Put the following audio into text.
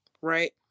right